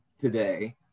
today